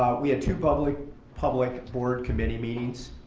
but we two public public board committee meets.